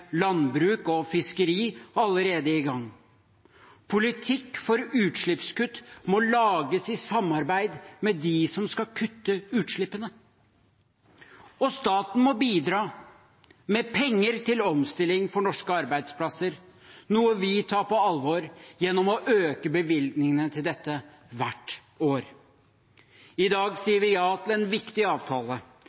landbruk og fiskeri allerede i gang. Politikk for utslippskutt må lages i samarbeid med dem som skal kutte utslippene, og staten må bidra med penger til omstilling for norske arbeidsplasser, noe vi tar på alvor gjennom å øke bevilgningene til dette hvert år. I dag sier vi ja til en viktig avtale.